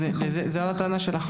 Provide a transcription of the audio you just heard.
זה הטענה שלך?